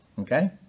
Okay